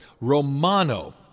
Romano